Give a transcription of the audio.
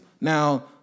Now